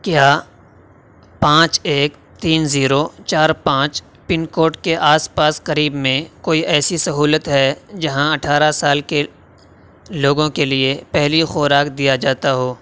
کیا پانچ ایک تین زیرو چار پانچ پن کوڈ کے آس پاس قریب میں کوئی ایسی سہولت ہے جہاں اٹھارہ سال کے لوگوں کے لیے پہلی خوراک دیا جاتا ہو